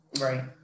Right